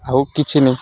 ଆଉ କିଛି ନି